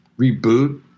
reboot